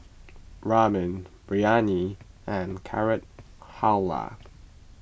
Ramen Biryani and Carrot Halwa